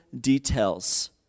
details